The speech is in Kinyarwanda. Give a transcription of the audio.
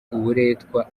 uburetwa